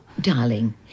Darling